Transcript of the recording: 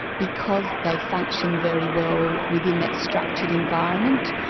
because they function very well within that structured environment,